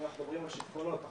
אם אנחנו מדברים על שיטפונות אנחנו